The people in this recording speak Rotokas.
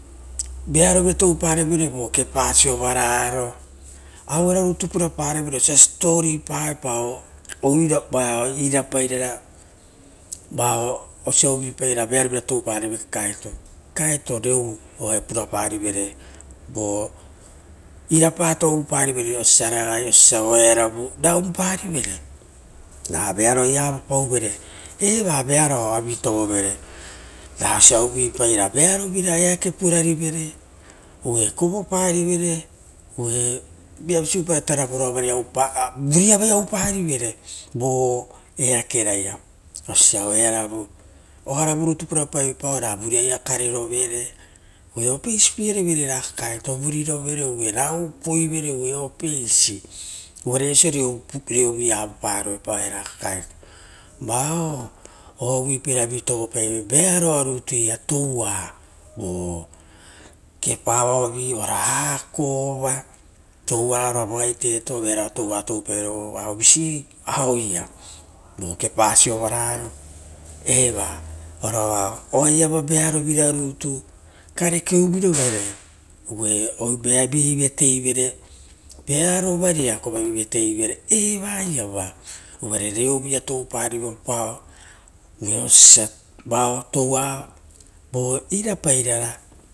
Vearovira touparevere vo kepa sovararo auero rutu puraparevere osa siposipiepao vo irapairana osia uvuipaira vearovira toupareve kakaeto, irapaato uvuparivere ososa oearo vu ra vearo aia ava pauvere, eva vearoa ao vi tovovere oiso sa uvuipai ra vearovira eake purarivere, ue kovoparivere ra veapau osora vavatavai purarivere. Vo eakenaia oiso a ooearovu oaravurutu pura pao epao ra, vuriaiia kareroviro vere oo apeisi pierevire era kakaeto ra upoi vere or vuriaia karerovere, uvure viapaso reuvuia avaparoea o era kakaeto, vao oa uvuipara vi tovo paive vearoa nituia kepa vao vi ora akora ora touaro a teto aueia vo kepa sovaraia ari eva, oaiava vearovira rutu karekeuviruvere, uva vi vatei vere vearova riakova evaiava, uvare reou vuia toupariropa vo osio sa va toua vo ira pairara.